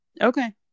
Okay